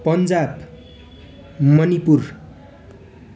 Punjab Manipur